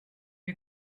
you